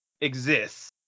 exists